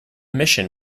mission